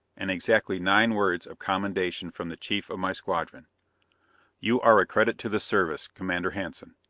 and exactly nine words of commendation from the chief of my squadron you are a credit to the service, commander hanson!